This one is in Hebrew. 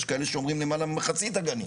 יש כאלה שאומרים למעלה ממחצית הגנים.